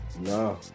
No